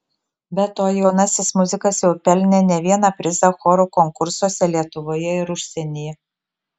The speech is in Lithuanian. be to jaunasis muzikas jau pelnė ne vieną prizą chorų konkursuose lietuvoje ir užsienyje